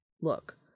Look